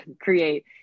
create